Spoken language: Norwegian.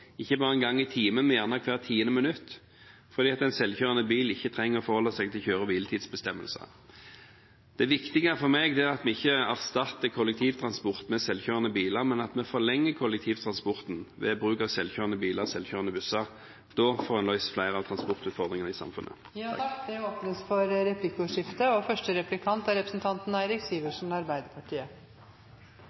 ikke bare en gang i timen, men gjerne hvert tiende minutt, fordi en selvkjørende buss ikke trenger å forholde seg til kjøre- og hviletidsbestemmelsene. Det viktige for meg er at vi ikke starter all kollektivtransport med selvkjørende biler, men at vi forlenger kollektivtransporten ved bruk av selvkjørende biler og selvkjørende busser. Da får en løst flere av transportutfordringene i samfunnet. Det blir replikkordskifte. Jeg deler statsrådens optimisme og vurdering av det store potensialet som er,